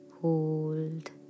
Hold